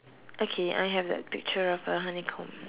okay I have a picture of a honeycomb